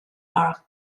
are